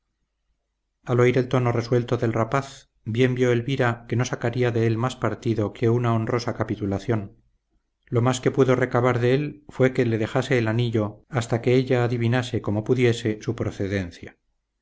al oír el tono resuelto del rapaz bien vio elvira que no sacaría de él más partido que una honrosa capitulación lo más que pudo recabar de él fue que le dejase el anillo hasta que ella adivinase como pudiese su procedencia